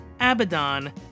Abaddon